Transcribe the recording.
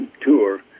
tour